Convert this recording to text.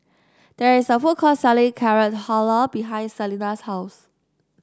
there is a food court selling Carrot Halwa behind Salena's house